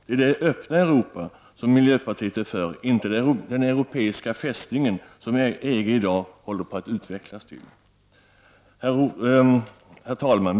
Det är det öppna Europa som miljöpartiet är för, inte den europeiska fästningen som EG i dag håller på att utvecklas till. Herr talman!